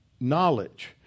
knowledge